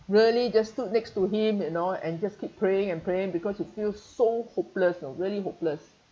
really just stood next to him you know and just keep praying and praying because you feel so hopeless know really hopeless